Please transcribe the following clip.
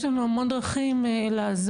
יש לנו המון דרכים לעזור,